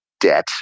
debt